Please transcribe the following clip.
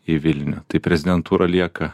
į vilnių tai prezidentūrą lieka